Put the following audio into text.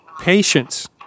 patience